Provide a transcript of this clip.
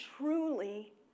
truly